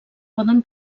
poden